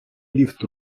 ліфт